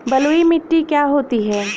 बलुइ मिट्टी क्या होती हैं?